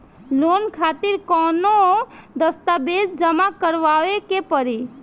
Loan खातिर कौनो दस्तावेज जमा करावे के पड़ी?